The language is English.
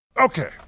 Okay